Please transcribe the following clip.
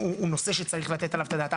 הוא נושא שצריך לתת עליו את הדעת.